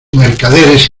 mercaderes